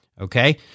okay